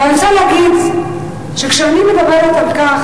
אני רוצה להגיד שכשאני מדברת על כך